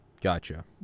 Gotcha